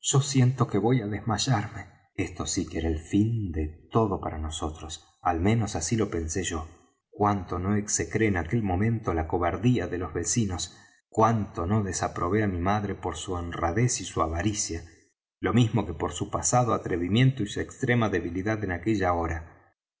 yo siento que voy á desmayarme esto sí que era el fin de todo para nosotros al menos así lo pensé yo cuánto no execré en aquel momento la cobardía de los vecinos cuánto no desaprobé á mi pobre madre por su honradez y su avaricia lo mismo que por su pasado atrevimiento y su extrema debilidad en aquella hora